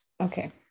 Okay